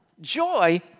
Joy